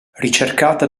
ricercata